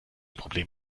problem